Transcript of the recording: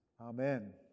Amen